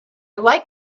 like